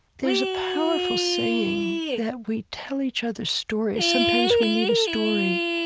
there's a powerful saying that we tell each other stories sometimes we need a story